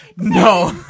No